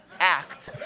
act.